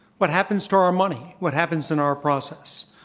what happens to our our money? what happens in our process?